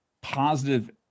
positive